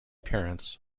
parents